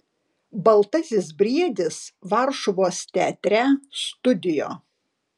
baltasis briedis varšuvos teatre studio